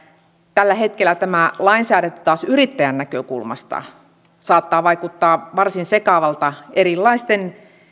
tällä hetkellä tämä lainsäädäntö taas yrittäjän näkökulmasta saattaa vaikuttaa varsin sekavalta erilaisten